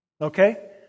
Okay